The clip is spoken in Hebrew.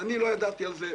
מי יופיע בפני הוועדה,